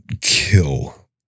kill